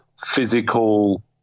physical